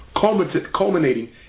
culminating